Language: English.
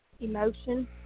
Emotion